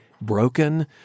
broken